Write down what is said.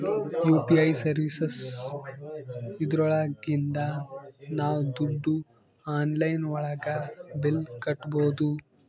UPI services ಇದ್ರೊಳಗಿಂದ ನಾವ್ ದುಡ್ಡು ಆನ್ಲೈನ್ ಒಳಗ ಬಿಲ್ ಕಟ್ಬೋದೂ